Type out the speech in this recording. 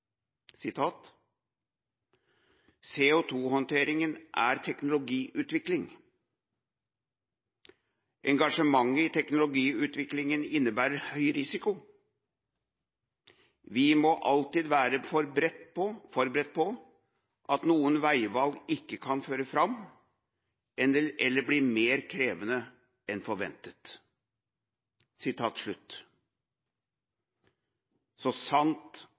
sitat fra olje- og energiminister Tord Lien, som i sin innledning i komiteens høring sa følgende: «CO2-håndtering er teknologiutvikling. Engasjement i teknologiutvikling innebærer høy risiko. Vi må alltid være forberedt på at noen veivalg ikke vil føre fram eller blir mer krevende enn forventet.» Så sant,